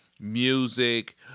music